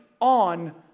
on